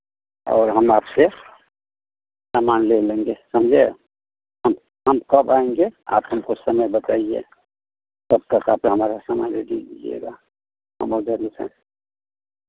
और हम आपसे सामान ले लेंगे समझे हम हम कब आएँगे आप हमको समय बताइए कब तक आप ये हमारा सामान रेडी कीजिएगा हम बहुत जल्दी से